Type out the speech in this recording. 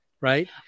right